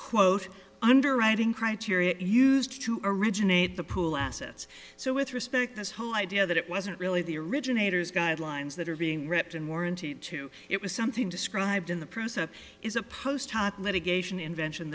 quoth underwriting criteria used to originate the pool assets so with respect this whole idea that it wasn't really the originators guidelines that are being ripped and warranty to it was something described in the process is a post hoc litigation invention